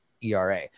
ERA